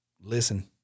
listen